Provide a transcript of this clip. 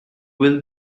will